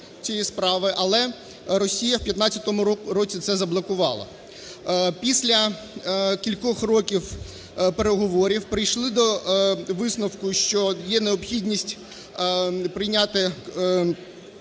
але Росія в 2015 році це заблокувала. Після кількох років переговорів прийшли до висновку, що є необхідність прийняти рішення